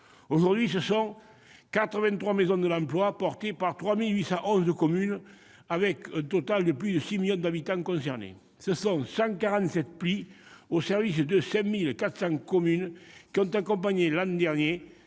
Aujourd'hui, ce sont 83 maisons de l'emploi portées par 3 811 communes avec au total de plus 6 millions d'habitants concernés ; ce sont 147 PLIE au service de 5 740 communes qui ont accompagné l'an dernier